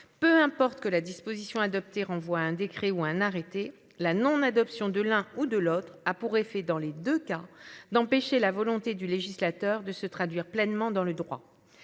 Peu importe que la disposition adoptée renvoie à un décret ou un arrêté la non adoption de l'un ou de l'autre a pour effet dans les 2 cas d'empêcher la volonté du législateur de se traduire pleinement dans le droit.